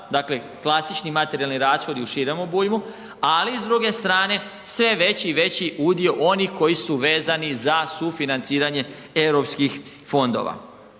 dakle klasični materijalni rashodi u širem obujmu, ali i s druge strane sve veći i veći udio onih koji su vezani za sufinanciranje europskih fondova.